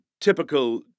typical